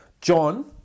John